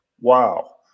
Wow